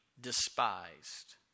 despised